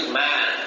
man